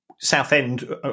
Southend